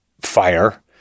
fire